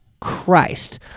Christ